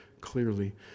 clearly